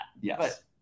Yes